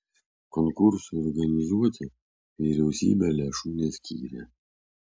konkursui organizuoti vyriausybė lėšų neskyrė